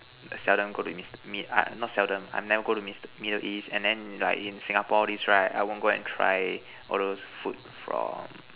I seldom go to mid mid not seldom I never go to mid middle east and then like in Singapore all this right I won't go and try all those food from